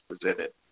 presented